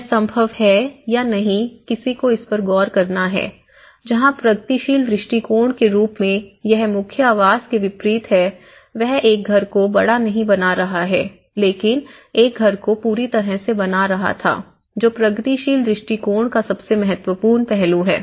यह संभव है या नहीं किसी को इस पर गौर करना है जहां प्रगतिशील दृष्टिकोण के रूप में यह मुख्य आवास के विपरीत है वह एक घर को बड़ा नहीं बना रहा है लेकिन एक घर को पूरी तरह से बना रहा था जो प्रगतिशील दृष्टिकोण का सबसे महत्वपूर्ण पहलू है